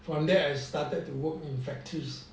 from there I started to work in factories